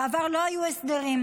בעבר לא היו הסדרים,